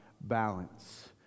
balance